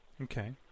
Okay